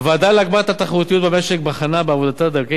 הוועדה להגברת התחרותיות במשק בחנה בעבודתה דרכי